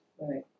right